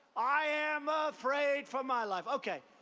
i am afraid for my life okay.